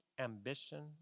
ambition